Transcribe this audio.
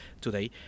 today